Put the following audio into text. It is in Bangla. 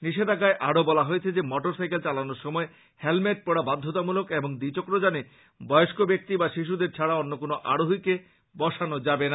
নিষেধাজ্ঞায় আরো বলা হয়েছে যে মোটর সাইকেল চালানোর সময় হেলমেট পরা বাধ্যতামূলক এবং দ্বি চক্রযানে বয়স্ক ব্যাক্তি বা শিশুদের ছাড়া অন্য আরোহীকে বসানো যাবে না